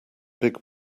big